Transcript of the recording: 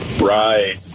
Right